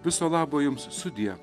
viso labo jums sudie